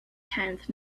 tenth